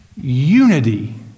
unity